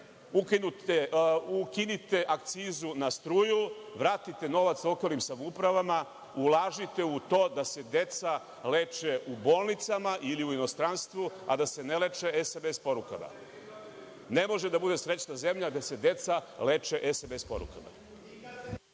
ukinite akcizu na struju, vratite novac lokalnim samoupravama, ulažite u to da se deca leče u bolnicama ili u inostranstvu, a da se ne leče SMS porukama. Ne može da bude srećna zemlja gde se deca leče SMS porukama.